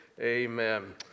amen